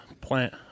plant